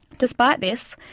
despite this,